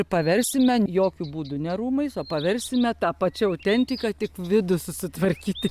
paversime jokiu būdu ne rūmais o paversime ta pačia autentika tik vidų susitvarkyti